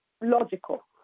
logical